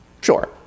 Sure